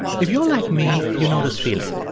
if you're like me, you know this feeling.